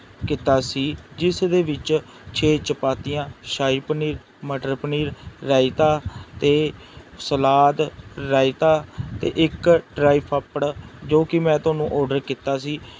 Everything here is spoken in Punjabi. ਕੀਤਾ ਸੀ ਜਿਸ ਦੇ ਵਿੱਚ ਛੇ ਚਪਾਤੀਆਂ ਸ਼ਾਹੀ ਪਨੀਰ ਮਟਰ ਪਨੀਰ ਰਾਇਤਾ ਅਤੇ ਸਲਾਦ ਰਾਇਤਾ ਅਤੇ ਇੱਕ ਡਰਾਈ ਪਾਪੜ ਜੋ ਕਿ ਮੈਂ ਤੁਹਾਨੂੰ ਓਡਰ ਕੀਤਾ ਸੀ